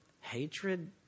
Hatred